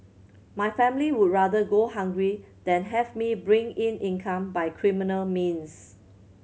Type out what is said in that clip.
my family would rather go hungry than have me bring in income by criminal means